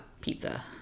pizza